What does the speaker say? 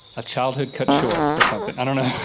a childhood cut short or something, i don't know.